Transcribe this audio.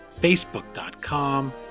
Facebook.com